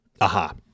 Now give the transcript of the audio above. Aha